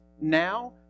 now